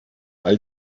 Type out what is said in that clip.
all